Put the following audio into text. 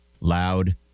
loud